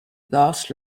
laughs